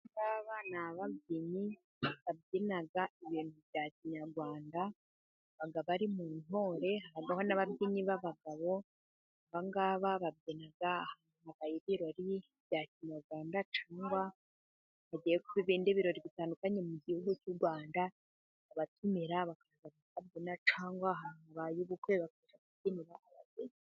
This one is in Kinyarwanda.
Aba ngaba ni ababyinnyi babyina ibintu bya kinyarwanda ,baba bari mu ntore haba harimo n'ababyinnyi b'abagabo, aba ngaba babyina ahantu habaye ibirori bya kinyarwanda ,cyangwa ibindi birori bitandukanye mu Gihugu cy'u Rwanda, barabatumira bakaza bakabyina, cyangwa ahantu habaye ubukwe cyangwa bakajya kubyinira abageni.